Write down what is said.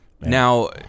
Now